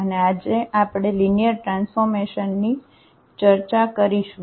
અને આજે આપણે લિનિયર ટ્રાન્સફોર્મેશનની ચર્ચા કરીશું